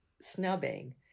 snubbing